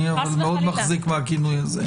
אני מאוד מחזיק מהכינוי הזה.